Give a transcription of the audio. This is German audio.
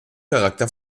charakter